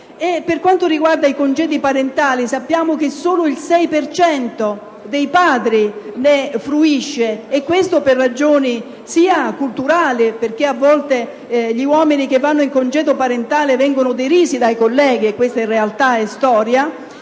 Per quanto riguarda i congedi parentali, sappiamo che solo il 6 per cento dei padri ne fruisce, sia per ragioni culturali (a volte gli uomini che vanno in congedo parentale vengono derisi dei colleghi: questa è realtà, è storia)